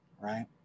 right